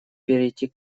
перейти